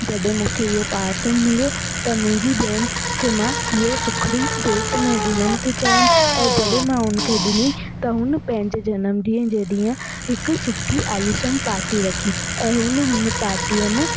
जॾहिं मूंखे इहो पार्सल मिलियो त मुंहिंजी भेण खे मां इहो सुखिड़ी भेंट में ॾिनमि त चयुमि ऐं जॾहिं मां उन खे ॾिनी त हुन पंहिंजे जनम ॾींहं जे ॾींहं हिकु सुठी आलीशान पार्टी रखी ऐं हुन पार्टीअ में